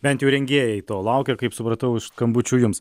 bent jau rengėjai to laukia kaip supratau iš skambučių jums